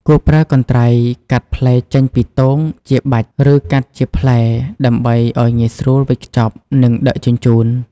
គួរប្រើកន្ត្រៃកាត់ផ្លែចេញពីទងជាបាច់ ឬកាត់ជាផ្លែ ដើម្បីឲ្យងាយស្រួលវេចខ្ចប់ និងដឹកជញ្ជូន។